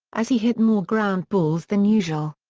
as he hit more ground balls than usual.